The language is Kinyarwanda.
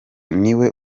niwe